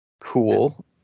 Cool